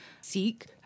seek